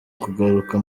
kugaruka